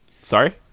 Sorry